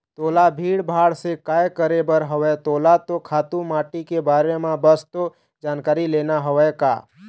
तोला भीड़ भाड़ से काय करे बर हवय तोला तो खातू माटी के बारे म बस तो जानकारी लेना हवय का